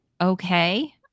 okay